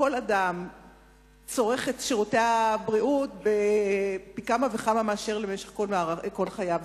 כל אדם צורך שירותי בריאות פי כמה וכמה מאשר במשך כל חייו,